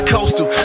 Coastal